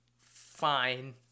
fine